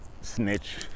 snitch